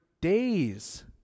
days